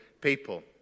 people